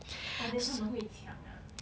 orh then 他们会抢 ah